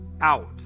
out